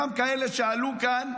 גם כאלה שעלו כאן